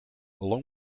along